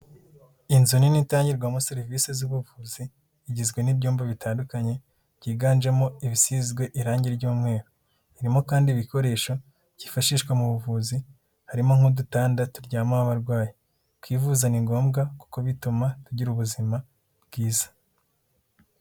Inzu nini itangirwamo serivisi z'ubuvuzi, igizwe n'ibyumba bitandukanye, byiganjemo ibisizwe irangi ry'umweru. Harimo kandi ibikoresho byifashishwa mu buvuzi, harimo nk'udutanda turyamaho abarwayi. Kwivuza ni ngombwa kuko bituma tugira ubuzima bwiza.